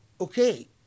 Okay